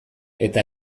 eta